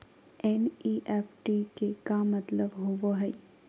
NEFT के का मतलव होव हई?